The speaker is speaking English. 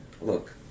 Look